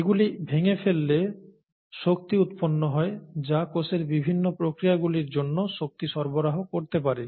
এগুলি ভেঙে ফেললে শক্তি উৎপন্ন হয় যা কোষের বিভিন্ন প্রক্রিয়াগুলির জন্য শক্তি সরবরাহ করতে পারে